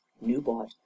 new-bought